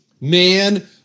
Man